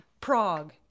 Prague